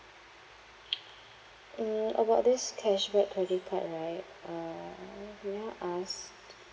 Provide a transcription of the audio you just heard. mm about this cashback credit card right uh may I ask